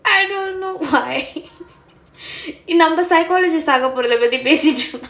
I don't know why நம்ப:namba psychologists ஆக போறதே பத்தி பேசிட்டு~:aaga poradae paththi pesittu